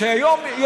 היום,